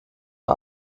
uhr